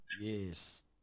Yes